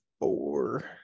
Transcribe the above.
four